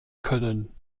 können